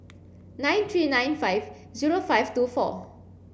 nine three nine five zero five two four